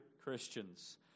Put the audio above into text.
Christians